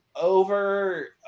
Over